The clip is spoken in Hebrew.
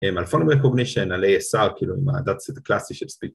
אלפונומי קוגנישן על ASR, כאילו עם הדאצית הקלאסי שבספיק